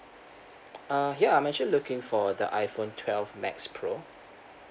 uh ya I'm actually looking for the iPhone twelve max pro